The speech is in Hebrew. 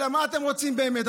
אלא מה אתם רוצים באמת?